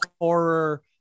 horror